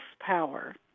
power